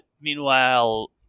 meanwhile